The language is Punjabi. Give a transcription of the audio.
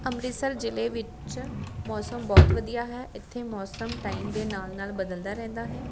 ਅੰਮ੍ਰਿਤਸਰ ਜ਼ਿਲ੍ਹੇ ਵਿੱਚ ਮੌਸਮ ਬਹੁਤ ਵਧੀਆ ਹੈ ਇੱਥੇ ਮੌਸਮ ਟਾਈਮ ਦੇ ਨਾਲ ਨਾਲ ਬਦਲਦਾ ਰਹਿੰਦਾ ਹੈ